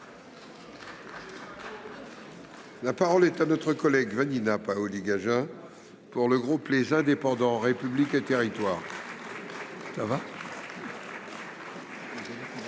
La parole est à Mme Vanina Paoli Gagin, pour le groupe Les Indépendants – République et Territoires.